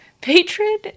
patron